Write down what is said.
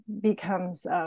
becomes